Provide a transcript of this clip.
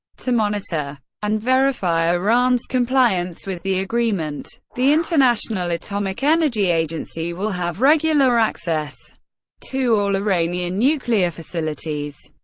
to monitor and verify iran's compliance with the agreement, the international atomic energy agency will have regular access to all iranian nuclear facilities.